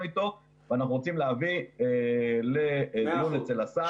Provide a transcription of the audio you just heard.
ואנחנו רוצים להביא את זה לדיון אצל השר.